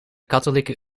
katholieke